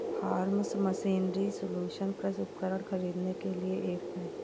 form machinery solution कृषि उपकरण खरीदने के लिए ऐप है